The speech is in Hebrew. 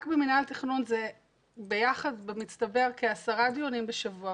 רק במנהל התכנון במצטבר זה כ-10 דיונים בשבוע,